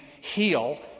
heal